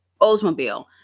Oldsmobile